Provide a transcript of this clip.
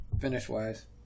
Finish-wise